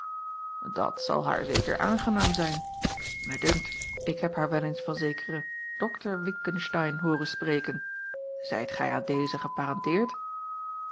dat zal haar zeker aangenaam zijn mij dunkt ik heb haar wel eens van zekeren dokter witgensteyn hooren spreken zijt gij aan dezen geparenteerd